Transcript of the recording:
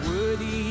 Worthy